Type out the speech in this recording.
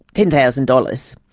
ten thousand dollars.